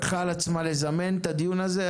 לקחה על עצמה לזמן את הדיון הזה.